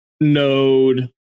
node